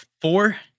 four